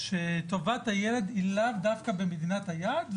שטובת הילד היא לאו דווקא במדינת היעד,